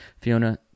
Fiona